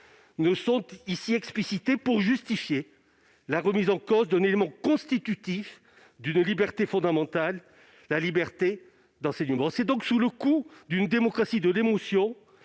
n'ont été explicitées pour justifier la remise en cause d'un élément constitutif d'une liberté fondamentale, la liberté d'enseignement. C'est donc sous le coup d'une démocratie de l'émotion,